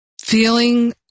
feeling